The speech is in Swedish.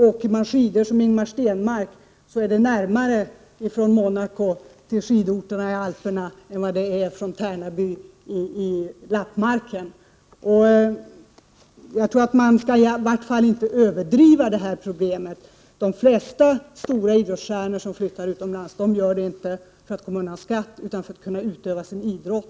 Åker man skidor, som t.ex. Ingemar Stenmark, är det närmare från Monaco till skidorterna i Alperna än det är från Tärnaby i lappmarken. Jag tror att man i varje fall inte skall överdriva detta problem. De flesta stora idrottsstjärnor som flyttar utomlands gör det för att kunna utöva sin idrott, inte för att komma undan skatt.